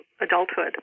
adulthood